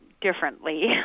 differently